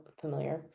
familiar